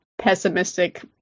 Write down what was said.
pessimistic